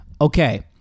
Okay